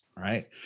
right